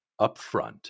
upfront